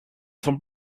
from